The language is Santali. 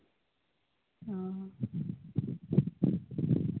ᱚᱸᱻ